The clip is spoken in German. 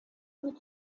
mit